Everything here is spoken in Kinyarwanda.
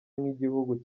nk’igihugu